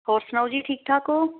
ਹੋਰ ਸੁਣਾਓ ਜੀ ਠੀਕ ਠਾਕ ਹੋ